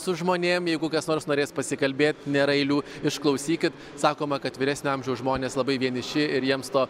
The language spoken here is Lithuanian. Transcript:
su žmonėm jeigu kas nors norės pasikalbėt nėra eilių išklausykit sakoma kad vyresnio amžiaus žmonės labai vieniši ir jiems to